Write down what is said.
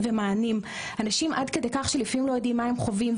ומענים עד כדי כך שאנשים לא יודעים מה הם חווים.